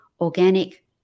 organic